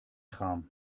kram